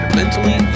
mentally